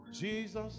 Jesus